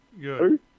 Good